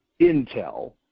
intel